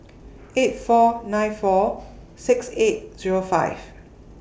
eight four nine four six eight Zero five